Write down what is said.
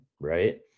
right